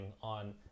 on